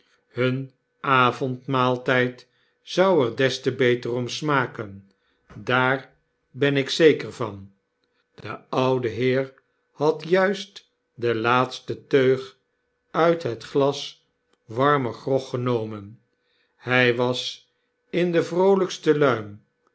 hun avondmaaltgd zou er des te beter om smaken daar ben ik zeker van de oude heer had juist de laatste teug uit het glas warmen grog genomen hy was in de vroolgkste luim